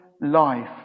life